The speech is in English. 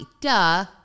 Duh